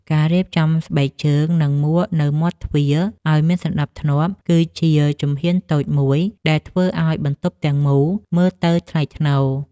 ការរៀបចំស្បែកជើង និងមួកនៅមាត់ទ្វារឱ្យមានសណ្ដាប់ធ្នាប់ គឺជាជំហានតូចមួយដែលធ្វើឱ្យបន្ទប់ទាំងមូលមើលទៅថ្លៃថ្នូរ។